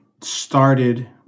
started